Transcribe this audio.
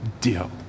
deal